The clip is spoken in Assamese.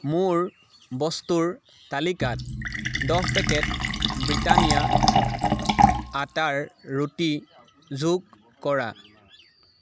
মোৰ বস্তুৰ তালিকাত দহ পেকেট ব্ৰিটানিয়া আটাৰ ৰুটি যোগ কৰা